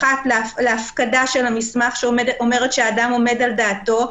האחת להפקדה של המסמך שאומרת שהאדם עומד על דעתו,